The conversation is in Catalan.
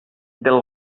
del